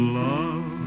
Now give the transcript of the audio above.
love